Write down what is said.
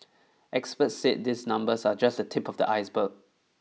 experts said these numbers are just the tip of the iceberg